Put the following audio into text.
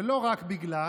ולא רק בגלל